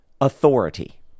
authority